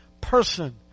person